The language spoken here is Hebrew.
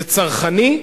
זה צרכני,